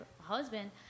husband